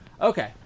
Okay